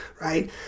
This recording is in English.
right